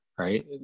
Right